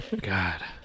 God